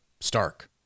Stark